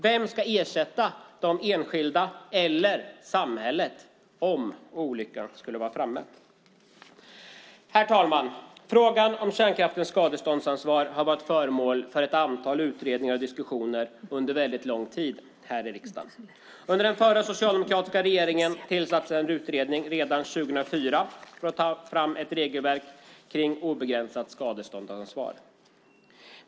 Vem ska ersätta de enskilda eller samhället om olyckan skulle vara framme? Fru talman! Frågan om kärnkraftens skadeståndsansvar har varit föremål för ett antal utredningar och diskussioner här i riksdagen under väldigt lång tid. Under den förra, socialdemokratiska regeringen tillsattes redan 2004 en utredning för att ta fram ett regelverk för obegränsat skadeståndsansvar.